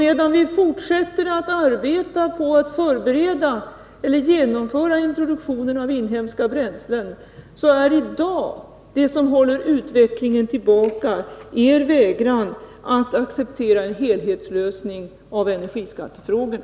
Medan vi fortsätter arbetet på att genomföra introduktionen av inhemska bränslen är det som i dag håller utvecklingen tillbaka er vägran att acceptera en helhetslösning av energiskattefrågorna.